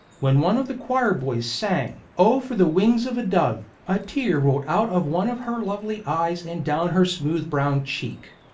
when one of the choir-boys sang oh for the wings of a dove a tear rolled out of one of her lovely eyes and down her smooth brown cheek.